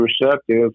receptive